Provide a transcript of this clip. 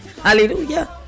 Hallelujah